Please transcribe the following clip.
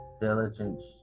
diligence